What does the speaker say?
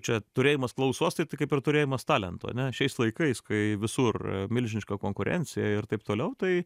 čia turėjimas klausos tai tai kaip ir turėjimas talento ane šiais laikais kai visur milžiniška konkurencija ir taip toliau tai